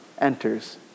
enters